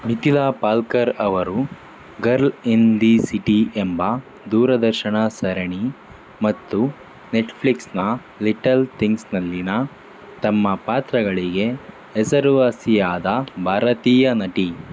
ಮಿಥಿಲಾ ಪಾಲ್ಕರ್ ಅವರು girl in the city ಎಂಬ ದೂರದರ್ಶನ ಸರಣಿ ಮತ್ತು ನೆಟ್ಫ್ಲಿಕ್ಸ್ನ ಲಿಟಲ್ ಥಿಂಗ್ಸ್ನಲ್ಲಿನ ತಮ್ಮ ಪಾತ್ರಗಳಿಗೆ ಹೆಸರುವಾಸಿಯಾದ ಭಾರತೀಯ ನಟಿ